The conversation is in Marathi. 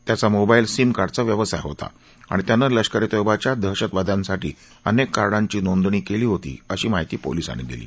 त्याचा मोबाईल सिम कार्ड चा व्यवसाय होता आणि त्यानं लष्कर ए तोयबाच्या दहशतवाद्यांसाठी अनेक कार्डाची नोंदणी केली होती अशी माहिती पोलिसांनी दिली